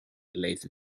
later